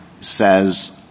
says